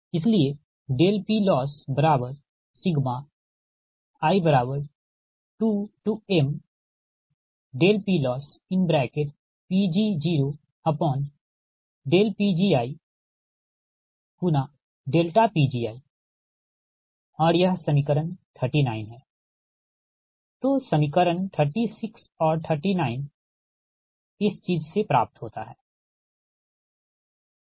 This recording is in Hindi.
इसलिए PLoss i2mPLossPg0PgiPgi यह समीकरण 39 है तोसमीकरण 36 और 39 इस चीज से प्राप्त होता हैठीक